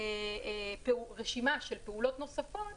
רשימה של פעולות נוספות